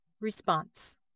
Response